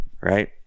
right